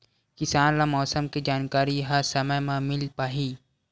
किसान ल मौसम के जानकारी ह समय म मिल पाही?